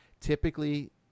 Typically